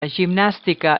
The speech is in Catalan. gimnàstica